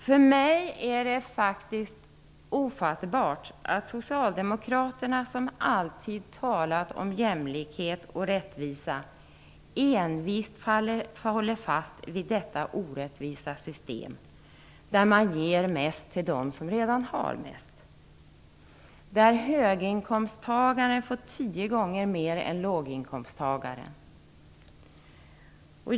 För mig är det faktiskt ofattbart att socialdemokraterna som alltid talat om jämlikhet och rättvisa envist håller fast vid detta orättvisa system, där man ger mest till dem som redan har mest, där höginkomsttagaren får tio gånger mer än låginkomsttagaren.